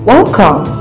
Welcome